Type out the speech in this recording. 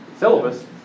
Syllabus